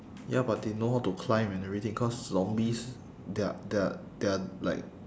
ya but they know how to climb and everything cause zombies they're they're they're like